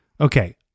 okay